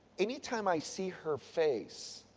anytime i see her face,